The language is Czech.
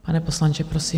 Pane poslanče, prosím.